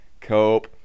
Cope